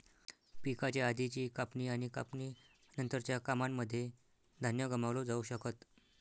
पिकाच्या आधीची कापणी आणि कापणी नंतरच्या कामांनमध्ये धान्य गमावलं जाऊ शकत